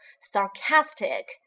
sarcastic